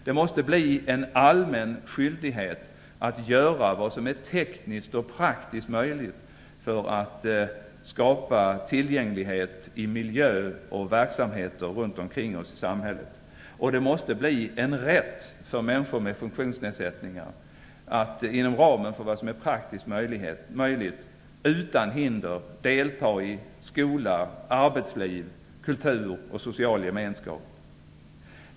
Det måste bli en allmän skyldighet att göra vad som är tekniskt och praktiskt möjligt för att skapa tillgänglighet i miljö och verksamheter runt omkring oss i samhället, och det måste bli en rätt för människor med funktionsnedsättningar att inom ramen för vad som är praktiskt möjligt utan hinder delta i skola, arbetsliv, kultur och social gemeskap.